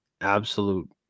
absolute